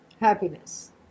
happiness